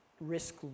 risk